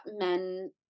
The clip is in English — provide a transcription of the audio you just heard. men